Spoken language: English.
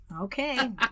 Okay